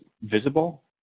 visible